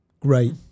Great